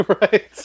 Right